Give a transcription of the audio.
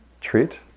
treat